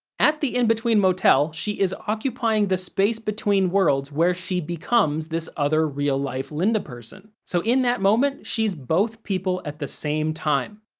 at the in-between motel, she is occupying the space between worlds where she becomes this other, real-life linda person, so in that moment she's both people at the same time.